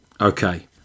Okay